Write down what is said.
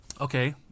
Okay